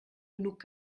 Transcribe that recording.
genug